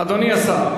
אדוני השר.